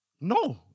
No